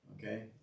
Okay